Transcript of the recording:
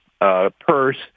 purse